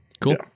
Cool